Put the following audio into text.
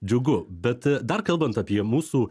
džiugu bet dar kalbant apie mūsų